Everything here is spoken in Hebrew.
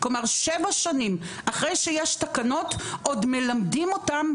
כלומר שבע שנים אחרי שיש תקנות עוד מלמדים אותם.